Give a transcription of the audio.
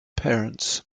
parents